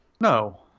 No